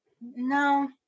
no